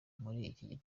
kuri